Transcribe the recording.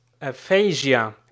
aphasia